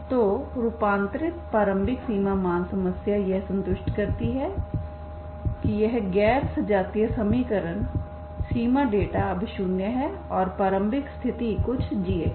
तो रूपांतरित प्रारंभिक सीमा मान समस्या यह संतुष्ट करती है कि यह गैर सजातीय समीकरण सीमा डेटा अब शून्य है और प्रारंभिक स्थिति कुछ g है